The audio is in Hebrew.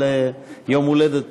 אבל יום-הולדת,